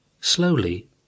slowly